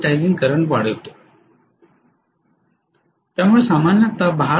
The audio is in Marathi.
तेव्हा काढलेला प्रमुख प्रवाह फक्त चुंबकीकरण करणारा करंट आहे